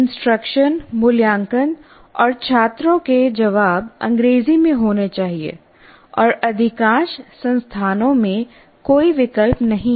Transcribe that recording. instruction मूल्यांकन और छात्रों के जवाब अंग्रेजी में होने चाहिए और अधिकांश संस्थानों में कोई विकल्प नहीं है